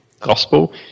Gospel